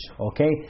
okay